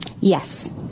Yes